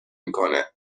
میکنه